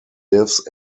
lives